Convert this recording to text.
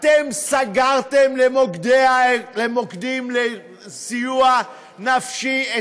אתם סגרתם את הטלפונים הסלולריים למוקדי הסיוע הנפשי.